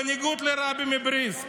בניגוד לרבי מבריסק.